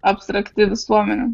abstrakti visuomenė